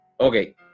Okay